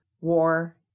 war